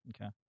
Okay